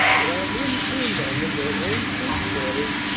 but our men turned on them their own trench-mortars,